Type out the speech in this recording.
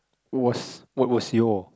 was what was your